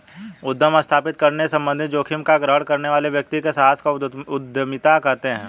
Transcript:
उद्यम स्थापित करने संबंधित जोखिम का ग्रहण करने वाले व्यक्ति के साहस को उद्यमिता कहते हैं